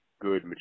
good